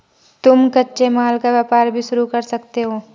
तुम कच्चे माल का व्यापार भी शुरू कर सकते हो